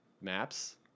maps